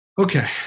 Okay